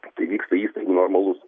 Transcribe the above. tai vyksta įstaigų normalus